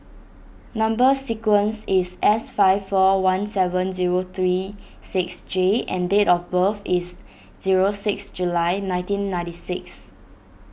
Number Sequence is S five four one seven zero three six J and date of birth is zero six July nineteen ninety six